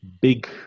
big